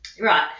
Right